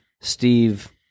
Steve